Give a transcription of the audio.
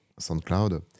SoundCloud